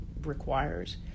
requires